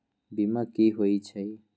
बीमा कि होई छई?